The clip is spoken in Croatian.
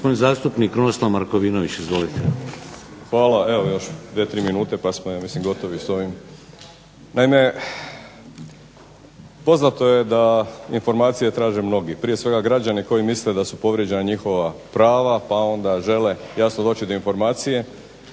Hvala. Evo još dvije, tri minute pa smo gotovi s ovim. Naime, poznato je da informacije traže mnogi, prije svega građani koji misle da su povrijeđena njihova prava pa onda žele jasno doći do informacije.